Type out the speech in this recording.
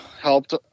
helped